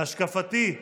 להשקפתי,